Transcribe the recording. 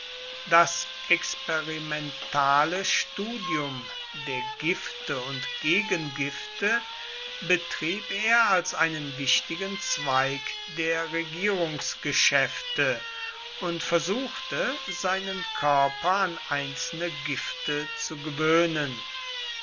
das experimentale studium der gifte und gegengifte betrieb er als einen wichtigen zweig der regierungsgeschäfte und versuchte seinen körper an einzelne gifte zu gewöhnen